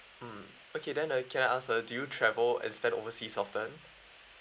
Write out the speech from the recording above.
mm okay then uh can I ask uh do you travel and spend overseas often